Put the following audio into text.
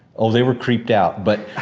oh, they were creeped out. but,